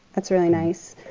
that's really nice.